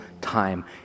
time